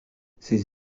ces